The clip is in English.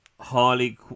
Harley